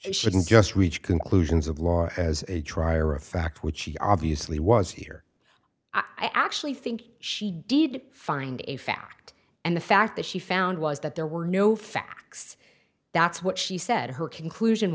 didn't shouldn't just reach conclusions of law as a trier of fact which she obviously was here i actually think she did find a fact and the fact that she found was that there were no facts that's what she said her conclusion